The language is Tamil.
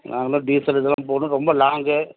நாங்களா டீசல் இதெல்லாம் போடணும் ரொம்ப லாங்கு